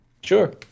Sure